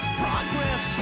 progress